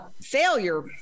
failure